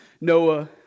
Noah